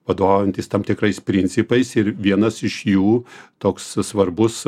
vadovaujantis tam tikrais principais ir vienas iš jų toks svarbus